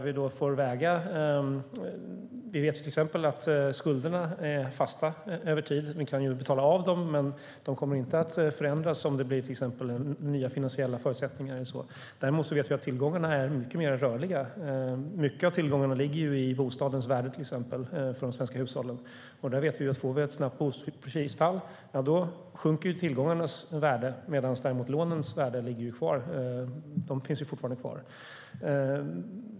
Vi vet att skulderna är fasta över tid - man kan förstås betala av dem, men de kommer inte att förändras genom att det blir nya finansiella förutsättningar - medan tillgångarna är mycket mer rörliga. Mycket av tillgångarna hos de svenska hushållen ligger till exempel i bostädernas värde, och om vi då får ett snabbt boprisfall sjunker tillgångarnas värde medan lånen ligger kvar.